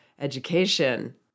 education